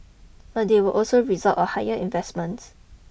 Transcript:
but they will also result a higher investments